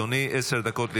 אדוני, עשר דקות לרשותך.